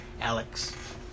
Alex